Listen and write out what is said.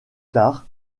tard